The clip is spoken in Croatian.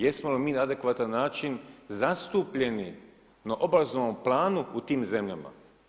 Jesmo li mi na adekvatan način zastupljeni na obrazovnom plan u tim zemljama?